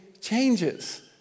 changes